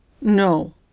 No